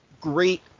great